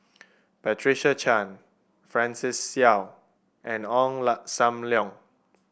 Patricia Chan Francis Seow and Ong Sam Leong